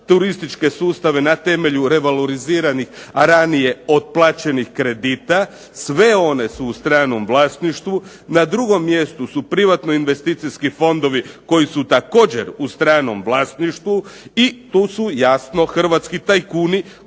turističke sustave na temelju revaloriziranih a ranije otplaćenih kredita, sve one su u stranom vlasništvu. Na drugom mjestu su privatno investicijski fondovi koji su također u stranom vlasništvu i tu su jasno hrvatski tajkuni